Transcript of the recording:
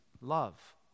love